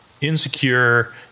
insecure